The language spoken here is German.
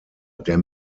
der